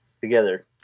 together